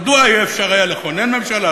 מדוע לא היה אפשר לכונן ממשלה,